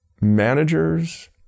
managers